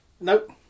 nope